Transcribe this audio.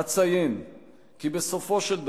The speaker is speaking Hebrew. אציין כי בסופו של דבר,